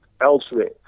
elsewhere